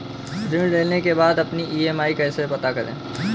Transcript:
ऋण लेने के बाद अपनी ई.एम.आई कैसे पता करें?